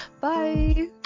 bye